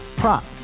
prop